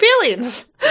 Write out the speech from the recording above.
feelings